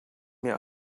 mir